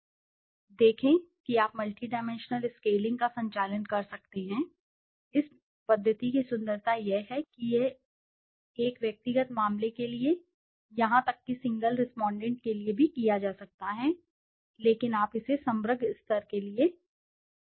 देखें कि आप मल्टीडायमेंशनल स्केलिंग का संचालन कर सकते हैं इस पद्धति की सुंदरता यह है कि यह एक व्यक्तिगत मामले के लिए यहां तक कि सिंगल रेस्पोंडेंट के लिए भी किया जा सकता है लेकिन आप इसे समग्र स्तर के लिए भी कर सकते हैं